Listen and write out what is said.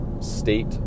state